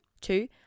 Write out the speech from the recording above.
Two